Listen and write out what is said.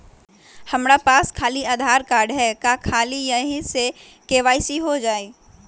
हमरा पास खाली आधार कार्ड है, का ख़ाली यही से के.वाई.सी हो जाइ?